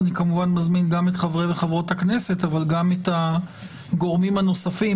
אני כמובן מזמין גם את חברי וחברות הכנסת אבל גם את הגורמים הנוספים,